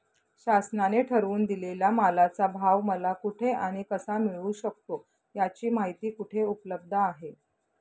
शासनाने ठरवून दिलेल्या मालाचा भाव मला कुठे आणि कसा मिळू शकतो? याची माहिती कुठे उपलब्ध आहे?